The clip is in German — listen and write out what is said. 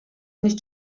nicht